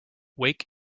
wake